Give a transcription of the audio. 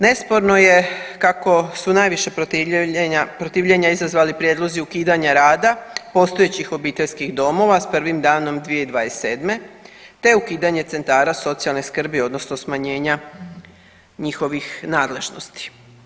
Nesporno je kako su najviše protivljenja izazvali prijedlozi ukidanja rada postojećih obiteljskih domova s prvim danom 2027., te ukidanje centara socijalne skrbi odnosno smanjenja njihovih nadležnosti.